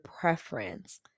preference